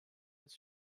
this